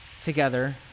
together